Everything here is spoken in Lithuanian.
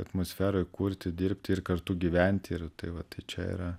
atmosferoj kurti dirbti ir kartu gyventi ir tai va čia yra